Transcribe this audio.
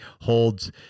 holds